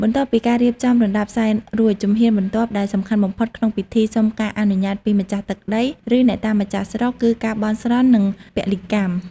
បន្ទាប់ពីការរៀបចំរណ្តាប់សែនរួច ជំហានបន្ទាប់ដែលសំខាន់បំផុតក្នុងពិធីសុំការអនុញ្ញាតពីម្ចាស់ទឹកដី ឬអ្នកតាម្ចាស់ស្រុក គឺការបន់ស្រន់ និងពលីកម្ម។